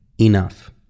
enough